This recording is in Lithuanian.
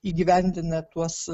įgyvendina tuos